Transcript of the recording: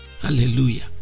Hallelujah